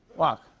joaq.